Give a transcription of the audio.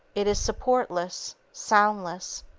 it is supportless, soundless,